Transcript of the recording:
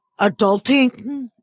adulting